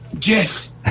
yes